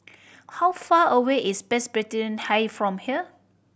how far away is Presbyterian High from here